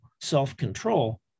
self-control